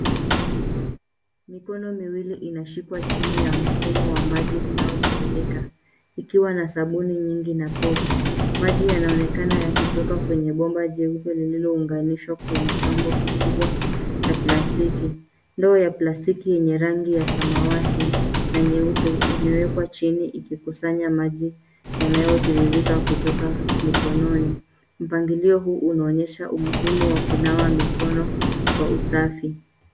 Mikono miwili inashikwa chini ya mfumo wa maji unaotiririka. Ikiwa na sabuni nyingi na povu. Maji yanaonekana yakitoka kwenye bomba jeupe lililounganishwa kwenye chombo kikubwa cha plastiki. Ndoo ya plastiki yenye rangi ya samawati na nyeupe imewekwa chini ikikusanya maji yanayotiririka kutoka mikononi. Mpangilio huu unaonyesha umuhimu wa kunawa mikono kwa usafi.